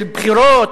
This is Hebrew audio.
של בחירות,